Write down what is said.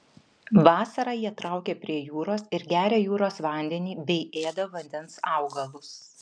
vasarą jie traukia prie jūros ir geria jūros vandenį bei ėda vandens augalus